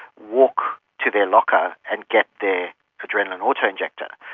walk to their locker and get their adrenaline auto injector.